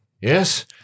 Yes